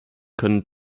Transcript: können